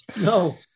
No